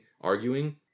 Arguing